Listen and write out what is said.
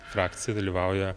frakcija dalyvauja